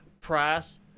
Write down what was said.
price